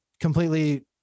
completely